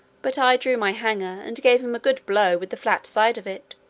but i drew my hanger, and gave him a good blow with the flat side of it,